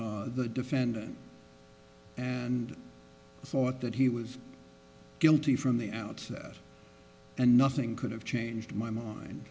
at the defendant and thought that he was guilty from the outset and nothing could have changed my mind